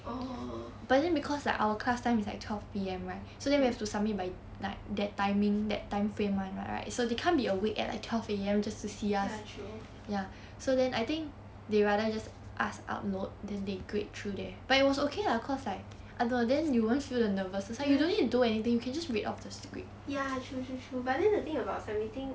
oh mm ya true ya ya true true true but then the thing about submitting